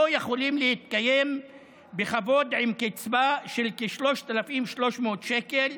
לא יכולים להתקיים בכבוד עם קצבה של כ-3,300 שקל,